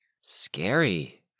Scary